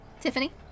Tiffany